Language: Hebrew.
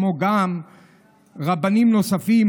כמו גם רבנים נוספים,